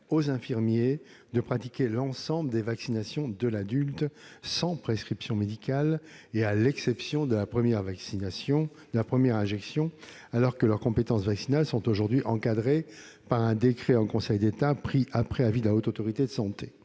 aux infirmiers de pratiquer l'ensemble des vaccinations de l'adulte sans prescription médicale, à l'exception de la première injection, alors que leurs compétences vaccinales sont aujourd'hui encadrées par un décret en Conseil d'État pris après avis de la Haute Autorité de santé.